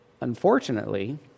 unfortunately